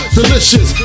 Delicious